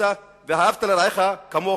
בתפיסה "ואהבת לרעך כמוך".